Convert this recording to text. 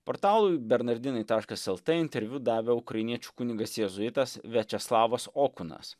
portalui bernardinai taškas lt interviu davė ukrainiečių kunigas jėzuitas viačeslavas okunas